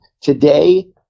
Today